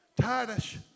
Titus